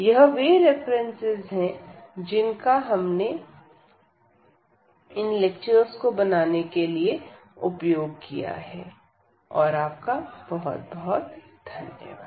यह वे रेफरेंस है जिनका उपयोग हमने किया और आपका बहुत बहुत धन्यवाद